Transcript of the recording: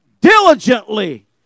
diligently